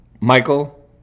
Michael